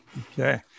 Okay